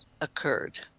occurred